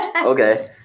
Okay